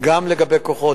גם לגבי כוחות.